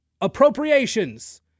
appropriations